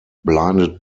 blinded